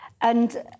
And-